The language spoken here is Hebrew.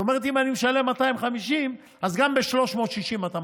אם אני משלם 250, אז גם ב-360 אתה מרוויח.